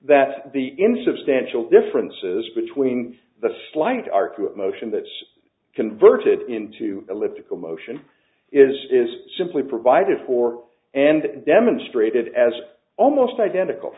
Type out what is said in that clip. that the insubstantial differences between the slight r q of motion that's converted into elliptical motion is simply provided for and demonstrated as almost identical